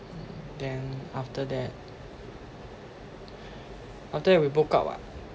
then after that after that we broke up [what]